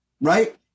right